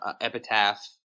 Epitaph